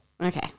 Okay